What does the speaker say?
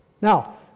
Now